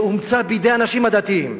שאומצה בידי האנשים הדתיים,